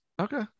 Okay